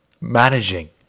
Managing